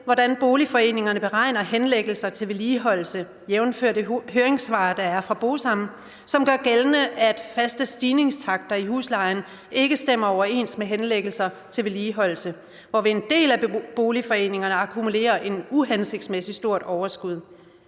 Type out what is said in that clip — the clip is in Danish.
hvordan boligforeningerne beregner henlæggelser til vedligeholdelse, jævnfør det høringssvar, der er fra BOSAM, som gør gældende, at faste stigningstakter i huslejen ikke stemmer overens med henlæggelser til vedligeholdelse, hvorved en del af boligforeningerne akkumulerer et uhensigtsmæssigt stort overskud.